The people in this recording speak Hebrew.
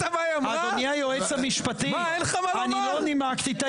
מה, אני לא מבין.